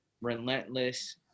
relentless